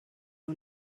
nhw